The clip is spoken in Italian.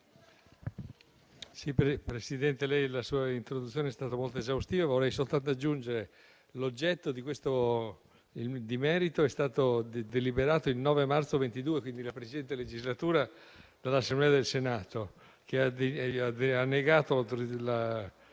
Presidente, la sua introduzione è stata molto esaustiva. Vorrei soltanto aggiungere che l'oggetto di questo conflitto di attribuzione è stato deliberato il 9 marzo 2022 (quindi nella precedente legislatura) dall'Assemblea del Senato, che ha negato